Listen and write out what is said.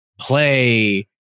play